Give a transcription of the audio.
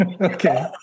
Okay